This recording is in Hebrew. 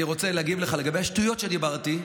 אני רוצה להגיב לך לגבי השטויות שדיברתי,